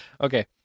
Okay